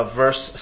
verse